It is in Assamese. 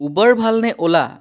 উবাৰ ভাল নে অ'লা